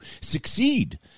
succeed